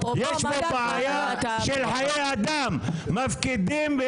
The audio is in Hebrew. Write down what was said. לא שאלו, לא אמרו, אלא הורידו את